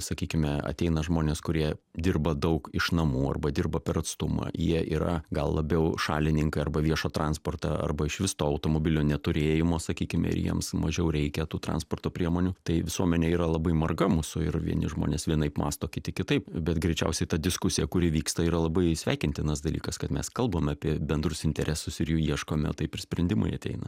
sakykime ateina žmonės kurie dirba daug iš namų arba dirba per atstumą jie yra gal labiau šalininkai arba viešą transportą arba išvis to automobilio neturėjimo sakykime ir jiems mažiau reikia tų transporto priemonių tai visuomenė yra labai marga mūsų ir vieni žmonės vienaip mąsto kiti kitaip bet greičiausiai ta diskusija kuri vyksta yra labai sveikintinas dalykas kad mes kalbam apie bendrus interesus ir jų ieškome taip ir sprendimai ateina